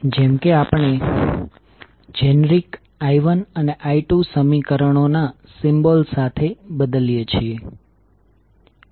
આમ આપણે સરળતાથી એવું કહી શકીએ કે તે ચુંબકીય રીતે જોડાયેલ છે